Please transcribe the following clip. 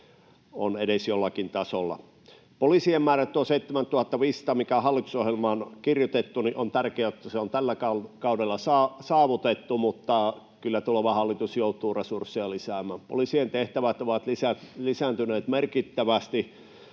ovat edes jollakin tasolla. On tärkeää, että poliisien määrä, tuo 7 500, mikä hallitusohjelmaan on kirjoitettu, on tällä kaudella saavutettu, mutta kyllä tuleva hallitus joutuu resursseja lisäämään. Poliisien tehtävät ovat lisääntyneet merkittävästi.